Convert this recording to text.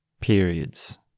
periods